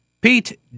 Pete